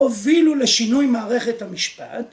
‫הובילו לשינוי מערכת המשפט.